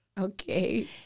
Okay